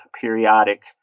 periodic